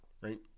right